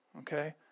okay